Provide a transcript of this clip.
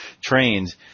trains